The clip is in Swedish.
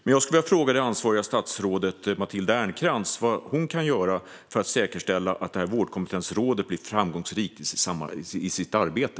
Jag skulle vilja fråga det ansvariga statsrådet Matilda Ernkrans vad hon kan göra för att säkerställa att det här vårdkompetensrådet blir framgångsrikt i sitt arbete.